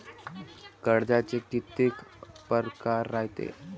कर्जाचे कितीक परकार रायते?